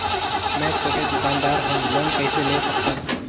मे छोटे दुकानदार हवं लोन कइसे ले सकथव?